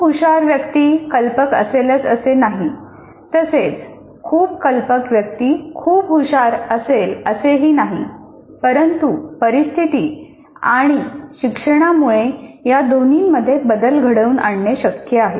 खूप हुशार व्यक्ती कल्पक असेलच असे नाही तसेच खूप कल्पक व्यक्ती खूप हुशार असेल असेही नाही परंतु परिस्थिती आणि शिक्षणामुळे या दोन्ही मध्ये बदल घडवून आणणे शक्य आहे